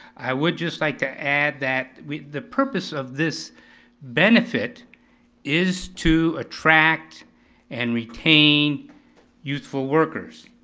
i would just like to add that the purpose of this benefit is to attract and retain youthful workers.